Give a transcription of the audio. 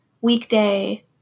weekday